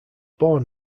born